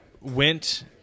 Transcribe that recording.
went